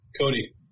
Cody